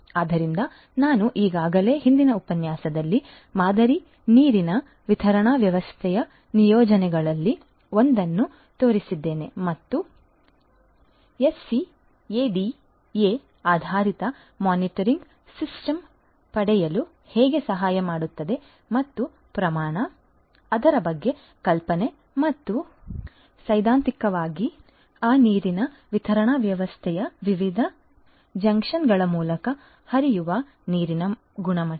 ಆದ್ದರಿಂದ ನಾನು ಈಗಾಗಲೇ ಹಿಂದಿನ ಉಪನ್ಯಾಸದಲ್ಲಿ ಮಾದರಿ ನೀರಿನ ವಿತರಣಾ ವ್ಯವಸ್ಥೆಯ ನಿಯೋಜನೆಗಳಲ್ಲಿ ಒಂದನ್ನು ತೋರಿಸಿದ್ದೇನೆ ಮತ್ತು ಎಸ್ಸಿಎಡಿಎ ಆಧಾರಿತ ಮಾನಿಟರಿಂಗ್ ಸಿಸ್ಟಮ್ ಪಡೆಯಲು ಹೇಗೆ ಸಹಾಯ ಮಾಡುತ್ತದೆ ಮತ್ತು ಪ್ರಮಾಣ ಅದರ ಬಗ್ಗೆ ಕಲ್ಪನೆ ಮತ್ತು ಸೈದ್ಧಾಂತಿಕವಾಗಿ ಆ ನೀರಿನ ವಿತರಣಾ ವ್ಯವಸ್ಥೆಯ ವಿವಿಧ ಜಂಕ್ಷನ್ಗಳ ಮೂಲಕ ಹರಿಯುವ ನೀರಿನ ಗುಣಮಟ್ಟ